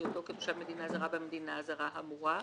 אותו כתושב מדינה זרה במדינה הזרה האמורה,